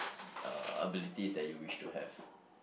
uh abilities that you wish to have